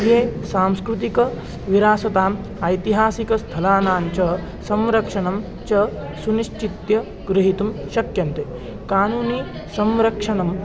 ये सांस्कृतिकविरासताम् ऐतिहासिकस्थलानां च संरक्षणं च सुनिश्चित्य ग्रहीतुं शक्यन्ते कानूनी संरक्षणं